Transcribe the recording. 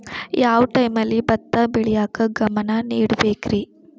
ಯಾವ್ ಟೈಮಲ್ಲಿ ಭತ್ತ ಬೆಳಿಯಾಕ ಗಮನ ನೇಡಬೇಕ್ರೇ?